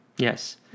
Yes